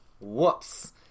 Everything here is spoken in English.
Whoops